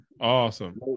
Awesome